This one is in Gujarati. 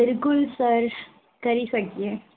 બિલકુલ સર કરી શકીએ